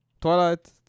Twilight